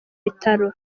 bitaro